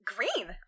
Green